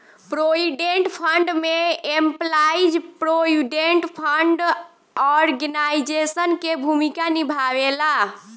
provident fund में employees provident fund organisation के भूमिका निभावेला